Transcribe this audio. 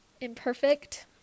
imperfect